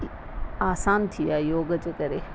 आसानु थी वियो आहे योग जे करे